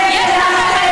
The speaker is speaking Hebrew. בטח.